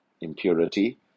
impurity